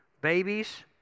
babies